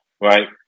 Right